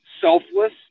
selfless